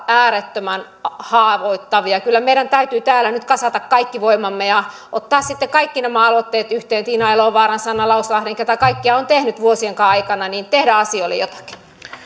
äärettömän haavoittavia kyllä meidän täytyy täällä nyt kasata kaikki voimamme ja ottaa sitten kaikki nämä aloitteet yhteen tiina elovaaran sanna lauslahden ketkä kaikki niitä ovat tehneetkin vuosien aikana ja tehdä asioille jotakin